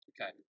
Okay